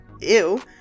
ew